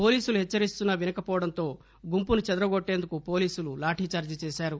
పోలీసులు హెచ్చరిస్తున్నా వినకపోవడంతో గుంపును చెదరగొట్టేందుకు పోలీసులు లాఠీ చార్షీ చేశారు